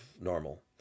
normal